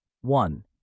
One